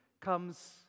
comes